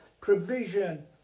provision